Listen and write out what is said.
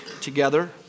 together